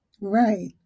right